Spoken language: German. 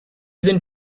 sind